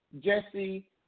Jesse